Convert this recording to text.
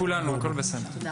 לכולנו, הכול בסדר.